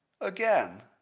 again